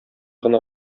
гына